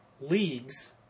leagues